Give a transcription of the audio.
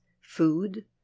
Food